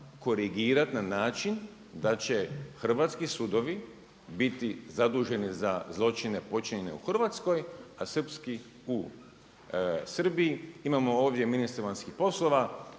korigirati na način da će hrvatski sudovi biti zaduženi za zločine počinjene u Hrvatskoj a srpski u Srbiji. Imamo ovdje ministre vanjskih poslova